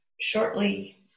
shortly